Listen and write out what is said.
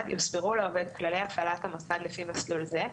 יוסברו לעובד כללי הפעלת המוסד לפי מסלול זה,